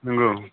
नंगौ